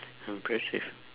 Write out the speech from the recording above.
impressive